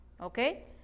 Okay